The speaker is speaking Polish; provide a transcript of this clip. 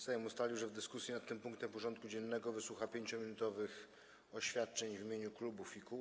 Sejm ustalił, że w dyskusji nad tym punktem porządku dziennego wysłucha 5-minutowych oświadczeń w imieniu klubów i kół.